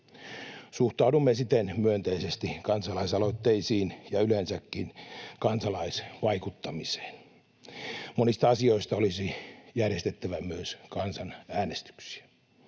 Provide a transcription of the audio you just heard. Suhtaudumme siten myönteisesti kansalaisaloitteisiin ja yleensäkin kansalaisvaikuttamiseen. Monista asioista olisi järjestettävä myös kansanäänestyksiä.